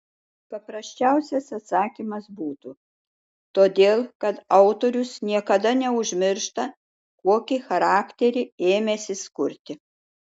paprasčiausias atsakymas būtų todėl kad autorius niekada neužmiršta kokį charakterį ėmęsis kurti